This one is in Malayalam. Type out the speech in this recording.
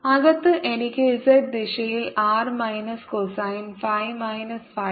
അകത്ത് എനിക്ക് z ദിശയിൽ R minus cosine phi minus phi prime ലഭിക്കുന്നു